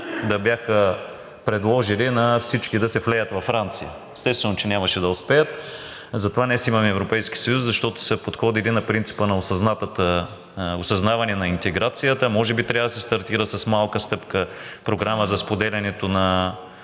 да бяха предложили на всички да се влеят във Франция. Естествено, че нямаше да успеят. Затова днес имаме Европейския съюз, защото са подходили на принципа на осъзнаване на интеграцията. Може би трябва да се стартира с малка стъпка – програма и правила за споделянето на